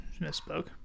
misspoke